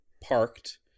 parked